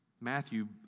Matthew